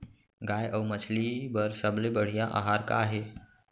गाय अऊ मछली बर सबले बढ़िया आहार का हे?